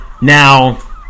now